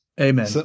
Amen